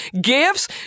gifts